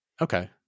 Okay